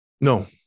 No